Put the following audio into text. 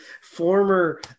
former